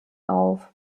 auf